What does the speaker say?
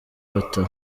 bata